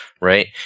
right